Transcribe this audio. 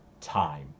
time